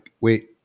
wait